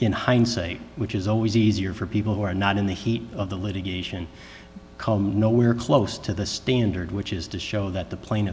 in hindsight which is always easier for people who are not in the heat of the litigation come nowhere close to the standard which is to show that the pla